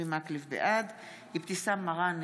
אבתיסאם מראענה,